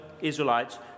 Israelites